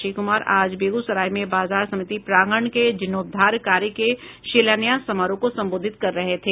श्री कुमार आज बेगूसराय में बाजार समिति प्रांगण के जीर्णोंद्वार कार्य के शिलान्यास समारोह को संबोधित कर रहे थे